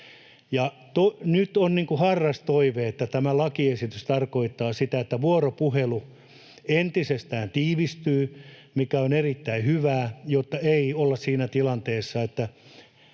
Nyt on harras toive, että tämä lakiesitys tarkoittaa sitä, että vuoropuhelu entisestään tiivistyy, mikä on erittäin hyvää, jotta ei olla siinä tilanteessa, että